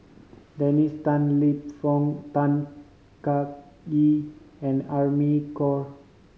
Dennis Tan Lip Fong Tan Kah Kee and Amy Khor